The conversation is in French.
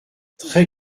très